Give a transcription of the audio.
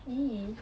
!ee!